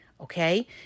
okay